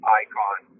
icon